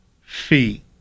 fee